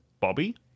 Bobby